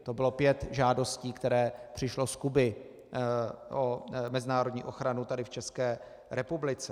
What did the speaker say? To bylo pět žádostí, které přišly z Kuby o mezinárodní ochranu tady v České republice.